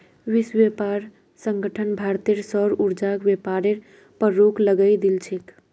विश्व व्यापार संगठन भारतेर सौर ऊर्जाक व्यापारेर पर रोक लगई दिल छेक